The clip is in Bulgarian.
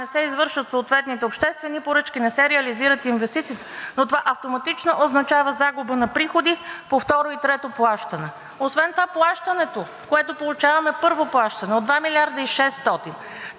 не се извършат съответните обществени поръчки, не се реализират инвестициите, но това автоматично означава загуба на приходи по второ и трето плащане. Освен това плащането, което получаваме, първо плащане от 2 милиарда и 600,